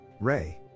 Ray